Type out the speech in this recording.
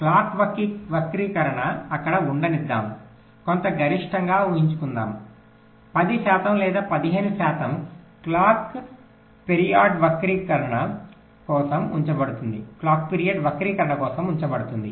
clock వక్రీకరణ అక్కడ ఉండనిద్దాము కొంత గరిష్టంగా ఊహించుకుందాం 10 శాతం లేదా 15 శాతం క్లాక్పెరియోడ్ వక్రీకరణ కోసం ఉంచబడుతుంది